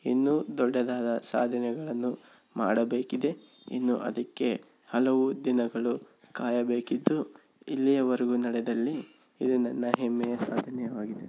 ಇನ್ನೂ ದೊಡ್ಡದಾದ ಸಾಧನೆಗಳನ್ನು ಮಾಡಬೇಕಿದೆ ಇನ್ನು ಅದಕ್ಕೆ ಹಲವು ದಿನಗಳು ಕಾಯಬೇಕಿದ್ದು ಇಲ್ಲಿಯವರೆಗೂ ನಡೆದಲ್ಲಿ ಇದು ನನ್ನ ಹೆಮ್ಮೆಯ ಸಾಧನೆಯಾಗಿದೆ